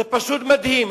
זה פשוט מדהים.